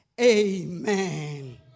Amen